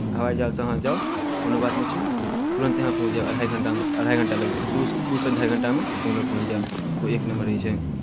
हवाइ जहाजसँ अहाँ जाउ कोनो बात नहि छै तुरन्ते अहाँ पहुँच जायब अढ़ाइ घण्टामे अढ़ाइ घण्टा लगैत दूसँ दूसँ ढाइ घण्टामे बेंगलौर पहुँचि जायब ओ एक नंबर रहै छै